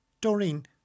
Doreen